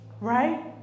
right